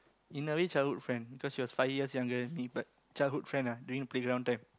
in a way childhood friend because she was five years younger than me but childhood friend ah during playground time